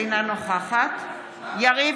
אינה נוכחת יריב